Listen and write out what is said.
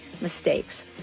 mistakes